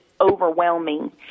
overwhelming